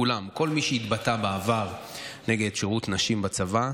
כולם, כל מי שהתבטא בעבר נגד שירות נשים בצבא,